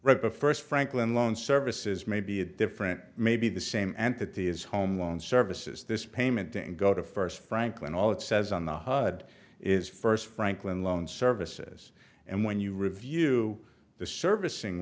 a first franklin loan services may be a different maybe the same entity as home loan services this payment to go to first franklin all it says on the hud is first franklin loan services and when you review the servicing